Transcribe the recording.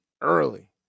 early